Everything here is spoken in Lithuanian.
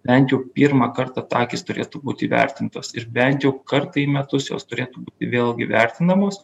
bet jau pirmą kartą akys turėtų būti įvertintos ir bent jau kartai į metus jos turėtų būti vėlgi vertinamos